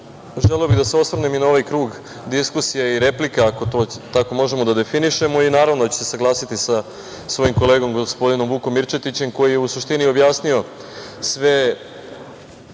želeo bih da se osvrnem i na ovaj krug diskusija i replika, ako to tako možemo da definišemo, i naravno da ću se saglasiti sa svojim kolegom, gospodinom Vukom Mirčetićem koji je u suštini razjasnio sve